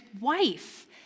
wife